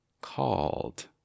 called